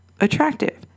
attractive